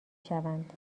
شوند